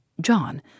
John